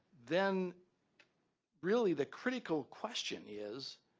then really, the critical question is